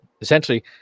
essentially